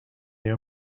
you